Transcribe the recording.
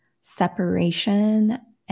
separation